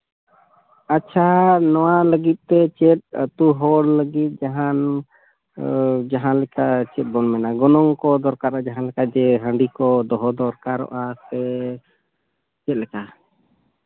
ᱟᱪᱪᱷᱟ ᱱᱚᱣᱟ ᱞᱟᱹᱜᱤᱫ ᱛᱮ ᱪᱮᱫ ᱟᱛᱳ ᱦᱚᱲ ᱠᱚ ᱞᱟᱹᱜᱤᱫ ᱡᱟᱦᱟᱱ ᱡᱟᱦᱟᱸ ᱞᱮᱠᱟ ᱪᱮᱫ ᱵᱚᱱ ᱢᱮᱱᱟ ᱜᱚᱱᱚᱝ ᱠᱚ ᱫᱚᱨᱠᱟᱨᱚᱜᱼᱟ ᱡᱟᱦᱟᱸ ᱞᱮᱠᱟ ᱡᱮ ᱦᱟᱺᱰᱤ ᱠᱚ ᱫᱚᱦᱚ ᱫᱚᱨᱠᱟᱨᱚᱜᱼᱟ ᱥᱮ ᱪᱮᱫ ᱞᱮᱠᱟ